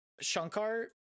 Shankar